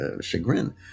chagrin